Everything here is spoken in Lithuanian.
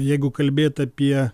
jeigu kalbėt apie